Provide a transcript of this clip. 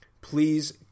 please